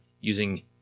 using